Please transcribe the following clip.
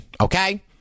okay